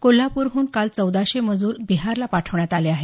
कोल्हापूरहून काल चौदाशे मजूर बिहारला पाठवण्यात आले आहेत